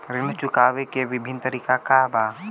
ऋण चुकावे के विभिन्न तरीका का बा?